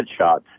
headshots